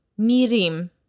mirim